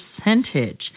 percentage